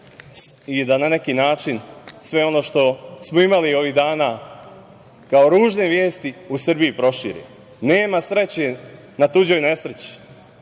i da na neki način sve ono što smo imali ovih dana kao ružne vesti u Srbiji proširi. Nema sreće na tuđoj nesreći.